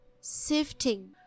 sifting